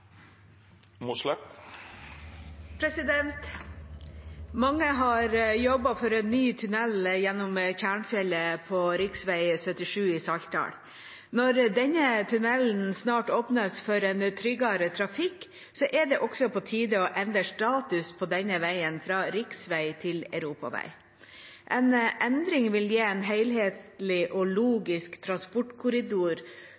har jobbet for ny tunnel gjennom Tjernfjellet på rv. 77 i Saltdal. Når denne tunnelen snart åpnes for en tryggere trafikk, er det også på tide å endre status på denne veien fra riksvei til europavei. En endring vil gi en helhetlig og